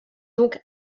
donc